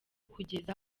kugeza